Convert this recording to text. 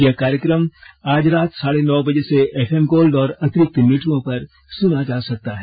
यह कार्यक्रम आज रात साढ़े नौ बजे से एफएम गोल्ड और अतिरिक्त मीटरों पर सुना जा सकता है